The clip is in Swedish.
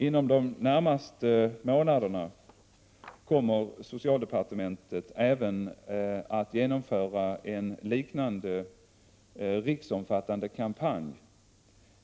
Inom de närmaste månaderna kommer socialdepartementet även att genomföra en liknande riksomfattande kampanj